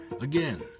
again